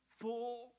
full